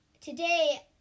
today